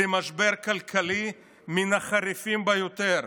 למשבר כלכלי מן החריפים ביותר.